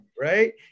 right